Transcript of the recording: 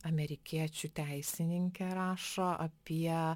amerikiečių teisininkė rašo apie